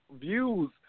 views